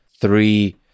three